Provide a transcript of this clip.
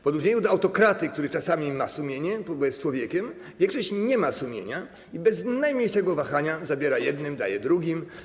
W odróżnieniu od autokraty, który czasami ma sumienie, bo jest człowiekiem, większość nie ma sumienia i bez najmniejszego wahania zabiera jednym, a daje drugim.